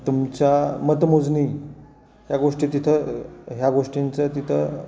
तुमच्या मतमोजणी ह्या गोष्टी तिथं ह्या गोष्टींचं तिथं